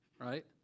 right